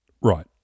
Right